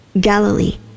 Galilee